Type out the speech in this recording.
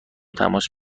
تماس